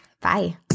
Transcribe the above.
Bye